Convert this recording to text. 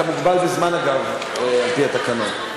אתה מוגבל בזמן, אגב, על-פי התקנות.